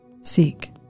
Seek